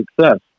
success